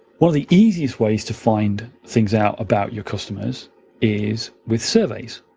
one of the easiest ways to find things out about your customers is with surveys.